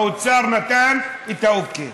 האוצר נתן אוקיי.